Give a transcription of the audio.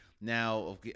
Now